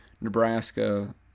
Nebraska